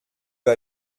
vas